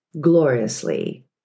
gloriously